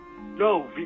no